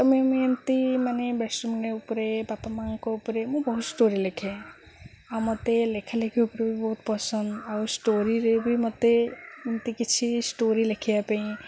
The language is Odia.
ତମେ ମୁଁ ଏମିତି ମାନେ ବେଷ୍ଟ ଫ୍ରେଣ୍ଡ ଉପରେ ବାପା ମାଆଙ୍କ ଉପରେ ମୁଁ ବହୁତ ଷ୍ଟୋରୀ ଲେଖେ ଆଉ ମୋତେ ଲେଖା ଲେଖି ଉପରେ ବି ବହୁତ ପସନ୍ଦ ଆଉ ଷ୍ଟୋରୀରେ ବି ମୋତେ ଏମିତି କିଛି ଷ୍ଟୋରୀ ଲେଖିବା ପାଇଁ